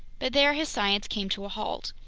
but there his science came to a halt.